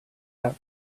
that